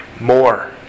more